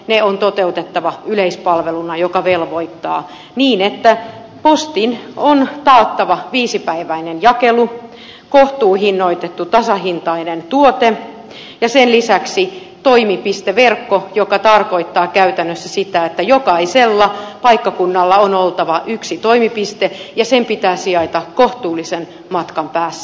ne on toteutettava yleispalveluna joka velvoittaa niin että postipalveluissa on taattava viisipäiväinen jakelu kohtuuhinnoitettu tasahintainen tuote ja sen lisäksi toimipisteverkko joka tarkoittaa käytännössä sitä että jokaisella paikkakunnalla on oltava yksi toimipiste ja sen pitää sijaita kohtuullisen matkan päässä